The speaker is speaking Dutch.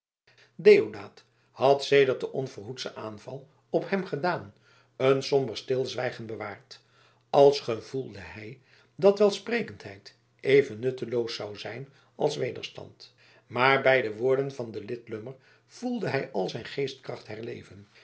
deodaat had sedert den onverhoedschen aanval op hem gedaan een somber stilzwijgen bewaard als gevoelde hij dat welsprekendheid even nutteloos zou zijn als wederstand maar bij de woorden van den lidlummer voelde hij al zijn geestkracht herleven